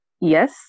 Yes